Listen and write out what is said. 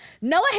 Noah